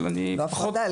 אבל --- לא הפרדה.